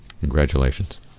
Congratulations